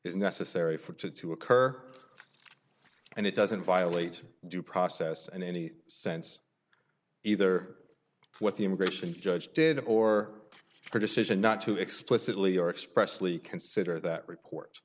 is necessary for two to occur and it doesn't violate due process and any sense either what the immigration judge did or her decision not to explicitly or expressly consider that report